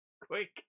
Quick